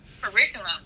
curriculum